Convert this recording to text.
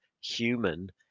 human